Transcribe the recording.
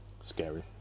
scary